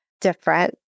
different